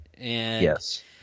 Yes